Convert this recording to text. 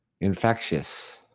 infectious